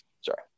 sorry